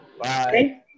Bye